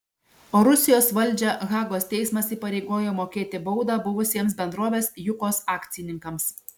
o rusijos valdžią hagos teismas įpareigojo mokėti baudą buvusiems bendrovės jukos akcininkams